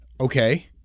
Okay